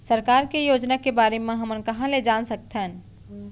सरकार के योजना के बारे म हमन कहाँ ल जान सकथन?